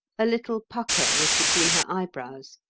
a little pucker was between her eyebrows,